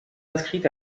inscrit